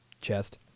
chest